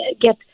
get